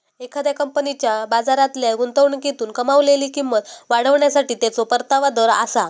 एखाद्या कंपनीच्या बाजारातल्या गुंतवणुकीतून कमावलेली किंमत वाढवण्यासाठी त्याचो परतावा दर आसा